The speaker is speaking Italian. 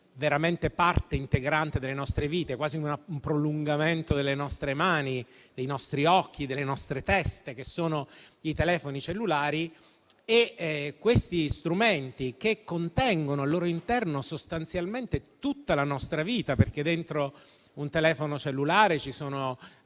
veramente parte integrante delle nostre vite, quasi un prolungamento delle nostre mani, dei nostri occhi e delle nostre teste, soprattutto i telefoni cellulari. Questi strumenti contengono al loro interno sostanzialmente tutta la nostra vita, perché dentro un telefono cellulare ci sono